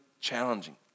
challenging